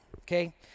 Okay